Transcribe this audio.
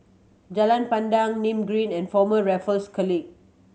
Jalan Pandan Nim Green and Former Raffles College